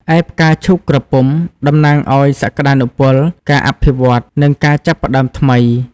ឯផ្កាឈូកក្រពុំ តំណាងឱ្យសក្ដានុពល ការអភិវឌ្ឍន៍ និងការចាប់ផ្តើមថ្មី។